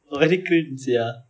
a very cringe sia